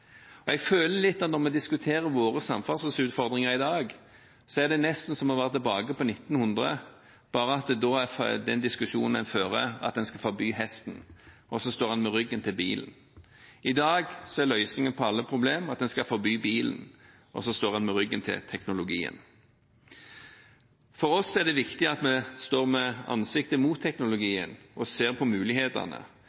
hadde. Jeg føler litt på, når vi diskuterer våre samferdselsutfordringer i dag, at det nesten er som å være tilbake på 1900-tallet, bare at den diskusjonen man fører, er om man skal forby hesten, og så står man med ryggen til bilen. I dag er løsningen på alle problem at man skal forby bilen, og så står man med ryggen til teknologien. For oss er det viktig at vi står med ansiktet mot